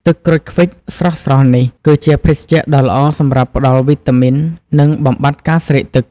ទឹកក្រូចឃ្វិចស្រស់ៗនេះ គឺជាភេសជ្ជៈដ៏ល្អសម្រាប់ផ្តល់វីតាមីន និងបំបាត់ការស្រេកទឹក។